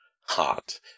hot